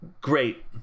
great